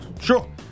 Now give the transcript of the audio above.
Sure